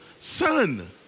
son